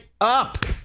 up